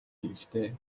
хэрэгтэй